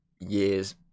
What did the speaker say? years